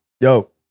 yo